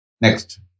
Next